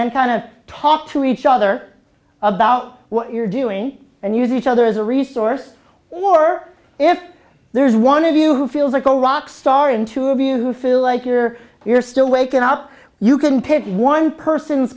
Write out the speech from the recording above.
then kind of talk to each other about what you're doing and use each other as a resource or if there's one of you who feels like a rock star in two of you who feel like you're you're still wakin up you can pick one person's